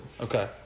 Okay